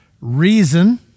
reason